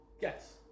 Yes